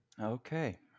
Okay